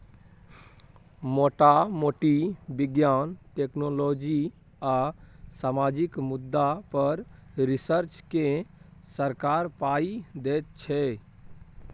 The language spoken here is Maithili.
मोटा मोटी बिज्ञान, टेक्नोलॉजी आ सामाजिक मुद्दा पर रिसर्च केँ सरकार पाइ दैत छै